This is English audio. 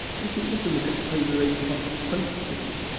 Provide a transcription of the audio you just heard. we can also look at how the labour market functions,